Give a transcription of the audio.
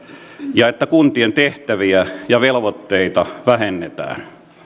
ja että kuntien tehtäviä ja velvoitteita vähennetään